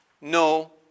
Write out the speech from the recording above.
No